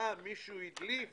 ההצבעה - מישהו הדליף